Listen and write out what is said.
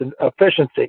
efficiency